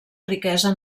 riquesa